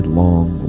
long